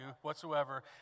whatsoever